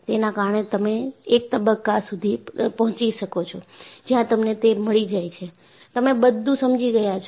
તેના કારણે તમે એક તબક્કા સુધી પહોંચી શકો છો જ્યાં તમને તે મળી જાય છે તમે બધું સમજી ગયા છો